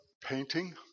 painting